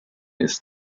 ist